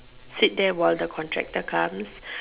sit there while the contractor comes